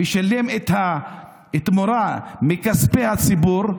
ושילם את התמורה מכספי הציבור,